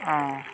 অঁ